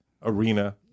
arena